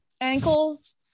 ankles